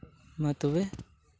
ᱢᱟ ᱛᱚᱵᱮ